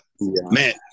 man